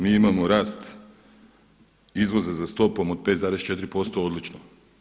Mi imao rast izvoza za stopom od 5,4% odlično.